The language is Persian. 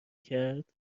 کرد